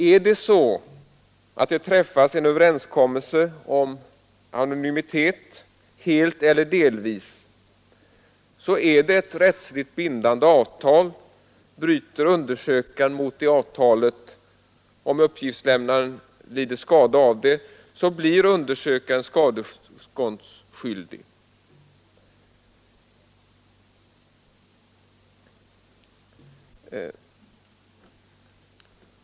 Om det träffas en överenskommelse om anonymitet, helt eller delvis, är detta ett rättsligt bindande avtal. Bryter undersökaren mot det avtalet och uppgiftslämnaren lider skada, blir undersökaren skadeståndsskyldig.